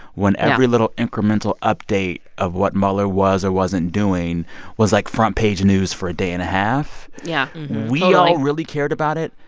when every little incremental update of what mueller was or wasn't doing was, like, front page news for a day and a half yeah we all really cared about it.